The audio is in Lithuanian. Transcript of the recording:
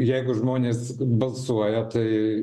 jeigu žmonės balsuoja tai